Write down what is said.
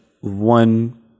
one